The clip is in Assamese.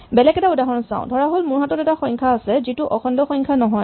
বেলেগ এটা উদাহৰণ চাওঁ ধৰাহ'ল মোৰ হাতত এটা সংখ্যা আছে যিটো অখণ্ড সংখ্যা নহয়